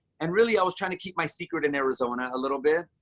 and really i was trying to keep my secret in arizona a little bit.